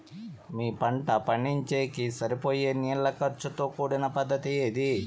మీ పంట పండించేకి సరిపోయే నీళ్ల ఖర్చు తో కూడిన పద్ధతి ఏది?